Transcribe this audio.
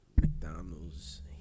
McDonald's